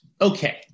okay